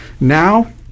now